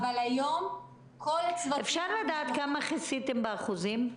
אבל היום כל הצוותים --- אפשר לדעת כמה כיסיתם באחוזים?